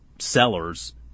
sellers